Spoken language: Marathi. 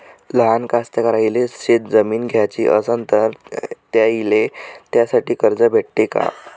लहान कास्तकाराइले शेतजमीन घ्याची असन तर त्याईले त्यासाठी कर्ज भेटते का?